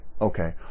okay